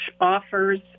offers